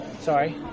Sorry